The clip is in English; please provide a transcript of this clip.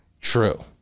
True